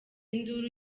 induru